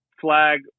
flag